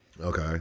Okay